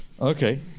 Okay